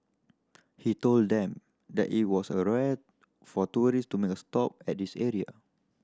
he told them that it was a rare for tourist to make a stop at this area